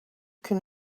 can